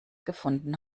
gefunden